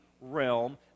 realm